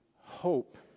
hope